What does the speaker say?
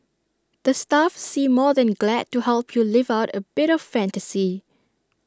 the staff seem more than glad to help you live out A bit of fantasy